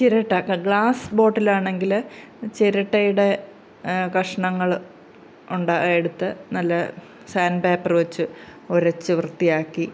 ചിരട്ട glass bottle ആണെങ്കില് ചിരട്ടയുടെ കഷണങ്ങൾ ഉണ്ടായാൽ എടുത്ത് നല്ല സാൻഡ് പേപ്പർ വെച്ച് ഉരച്ചു വൃത്തിയാക്കി